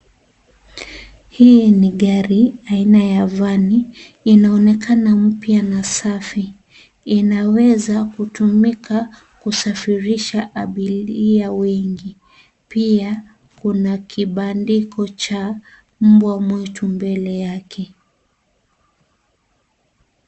Hii ni gari aina ya Van inaonekana mpya na safi, inaweza kutumika kusafirisha abiria wengi pia kuna kibandiko cha mbwa mwitu mbele yake.